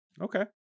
okay